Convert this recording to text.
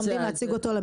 לומדים להציג אותו.